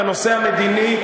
בנושא המדיני,